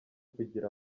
kugira